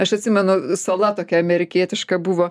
aš atsimenu sala tokia amerikietiška buvo